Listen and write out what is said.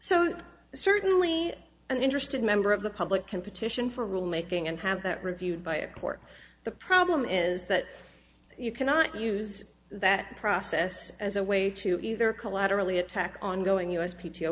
so certainly an interested member of the public can petition for rule making and have that reviewed by a court the problem is that you cannot use that process as a way to either collaterally attack ongoing u